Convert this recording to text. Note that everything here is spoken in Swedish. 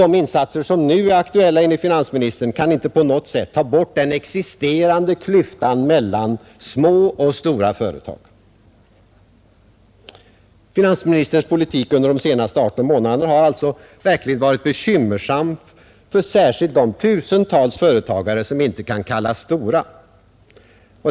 De insatser, som nu är aktuella enligt finansministern, kan inte på något sätt ta bort den existerande klyftan mellan små och stora företag. Finansministerns politik under de senaste arton månaderna har alltså varit verkligt bekymmersam för särskilt de tusentals företag som inte kan kallas stora.